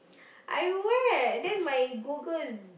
I wear then my Google is